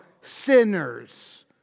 sinners